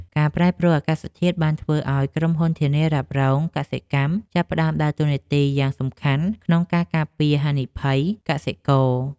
ការប្រែប្រួលអាកាសធាតុបានធ្វើឱ្យក្រុមហ៊ុនធានារ៉ាប់រងកសិកម្មចាប់ផ្តើមដើរតួនាទីយ៉ាងសំខាន់ក្នុងការការពារហានិភ័យកសិករ។